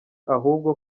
ahubwo